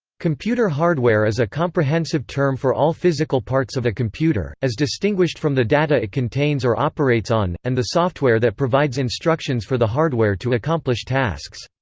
computer hardware is a comprehensive term for all physical parts of a computer, as distinguished from the data it contains or operates on, and the software that provides instructions for the hardware to accomplish tasks.